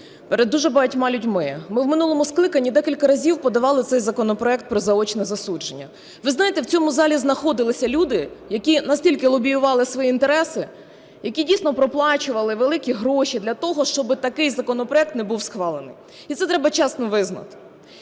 перед дуже багатьма людьми. Ми в минулому скликанні декілька разів подавали цей законопроект про заочне засудження. Ви знаєте, в цьому залі знаходилися люди, які настільки лобіювали свої інтереси, які дійсно проплачували великі гроші для того, щоб отакий законопроект не був схвалений. І це треба чесно визнати.